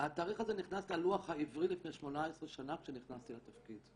התאריך הזה נכנס ללוח העברי לפני 18 שנה כשנכנסתי לתפקיד,